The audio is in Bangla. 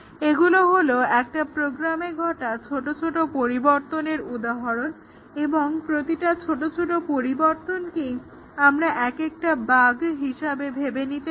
এগুলো হলো একটা প্রোগ্রামে ঘটা ছোট ছোট পরিবর্তনের উদাহরণ এবং প্রতিটা ছোট ছোট পরিবর্তনকেই আমরা একেকটা বাগ্ হিসাবে ভেবে নিতে পারি